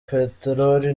peteroli